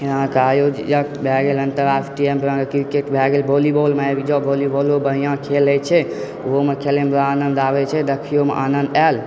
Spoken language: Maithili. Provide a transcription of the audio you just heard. अहाँके आयोजके भए गेल अन्तर्राष्ट्रीय क्रिकेट भए गेल वॉलीबॉलमे आबि जाउ वॉलीबॉलमे बढ़िआँ खेल होइत छै ओहोमे खेलैमे बड़ आनन्द आबै छै देखैयोमे आनन्द आयल